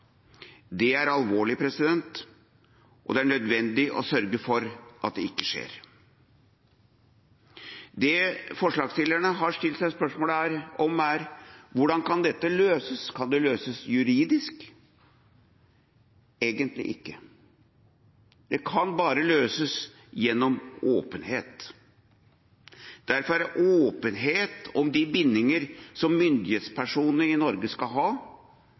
Det er alvorlig, og det er nødvendig å sørge for at det ikke skjer. Det som forslagsstillerne har stilt seg spørsmål om, er: Hvordan kan dette løses? Kan det løses juridisk? Egentlig ikke – det kan bare løses gjennom åpenhet. Derfor er åpenhet om de bindinger som myndighetspersonene i Norge skal ha,